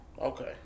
Okay